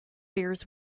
bears